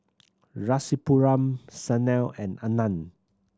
Rasipuram Sanal and Anand